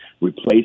Replace